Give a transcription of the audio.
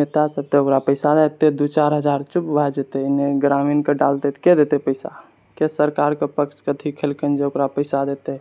नेता सब तऽ ओकरा पैसा देते दू चारि हजार चुप भए जेतै एहिना ग्रामीणके डालतै तऽ के देतै पैसा के सरकारके पक्षके ठीक केलखिन जे ओकरा पैसा देतै